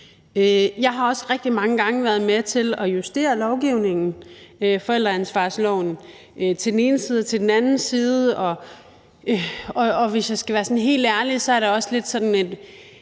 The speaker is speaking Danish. Jeg har også rigtig mange gange været med til at justere lovgivningen, nemlig forældreansvarsloven – til den ene side og til den anden side. Og hvis jeg skal være sådan helt ærlig, er det også sådan, at